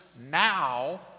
now